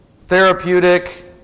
therapeutic